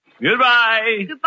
Goodbye